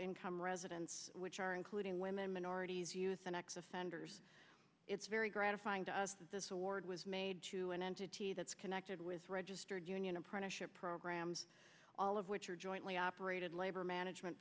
income residents which are including women minorities youth and x offenders it's very gratifying to us that this award was made to an entity that's connected with registered union apprenticeship programs all of which are jointly operated labor management